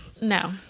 no